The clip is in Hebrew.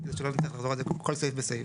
שלא נצטרך לחזור על זה כל סעיף וסעיף.